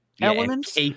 elements